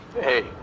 Hey